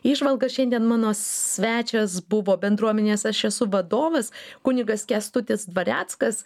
įžvalgas šiandien mano svečias buvo bendruomenės aš esu vadovas kunigas kęstutis dvareckas